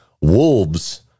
Wolves